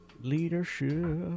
Leadership